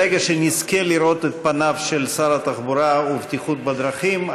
ברגע שנזכה לראות את פניו של שר התחבורה והבטיחות בדרכים,